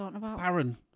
Baron